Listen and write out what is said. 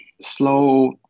slow